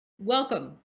Welcome